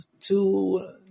two